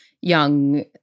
young